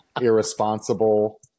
irresponsible